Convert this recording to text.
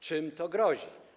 Czym to grozi?